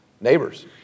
Neighbors